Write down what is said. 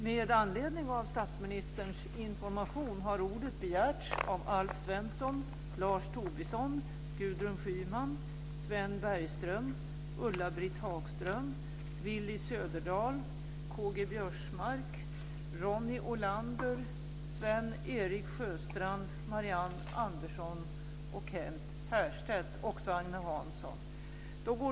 Fru talman! Jag vill tacka statsministern för en rejäl genomgång och information om vad som togs upp på toppmötet. Vi har via medierna fått utomordentlig information. Jag är tacksam för det. Det finns en frågeställning som jag gissar att ganska många bär på.